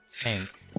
Tank